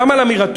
גם על אמירתו,